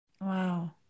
Wow